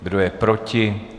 Kdo je proti?